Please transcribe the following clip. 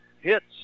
hits